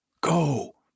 Go